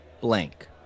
blank